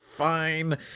fine